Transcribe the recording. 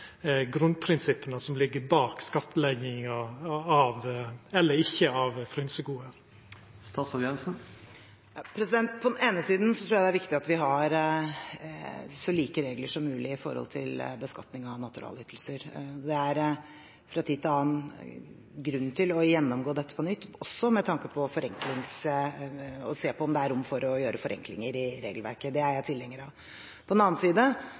som ligg bakom skattlegginga – eller ikkje-skattlegginga – av frynsegode? På den ene siden tror jeg det er viktig at vi har så like regler som mulig når det gjelder beskatning av naturalytelser. Det er fra tid til annen grunn til å gjennomgå dette på nytt, også for å se om det er rom for å gjøre forenklinger i regelverket. Det er jeg tilhenger av. På den annen side